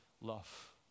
love